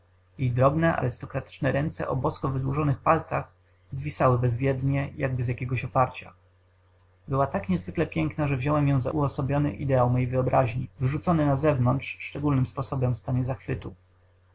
jej drobne arystokratyczne ręce o bosko wydłużonych palcach zwisały bezwładnie jakby z jakiegoś oparcia była tak niezwykle piękna że wziąłem ją za uosobiony ideał mej wyobraźni wyrzucony na zewnątrz szczególnym sposobem w stanie zachwytu